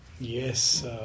Yes